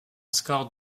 score